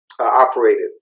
operated